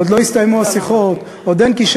עוד לא הסתיימו השיחות, עוד אין כישלון.